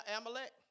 Amalek